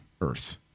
Earth